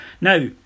Now